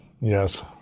Yes